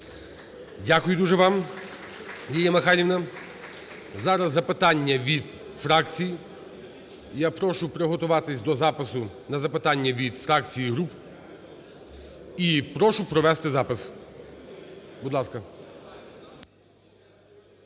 Дякую дуже вам, Лілія Михайлівна. Зараз запитання від фракцій. Я прошу приготуватися до запису на запитання від фракцій і груп і прошу провести запис. Будь ласка.